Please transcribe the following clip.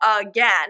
again